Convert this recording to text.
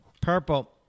Purple